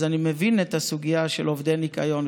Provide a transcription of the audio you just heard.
אז אני מבין את הסוגיה של עובדי ניקיון,